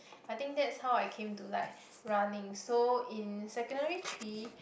I think that's how I came to like running so in secondary-three